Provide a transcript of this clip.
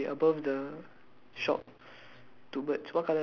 okay then above that what can you see above the shop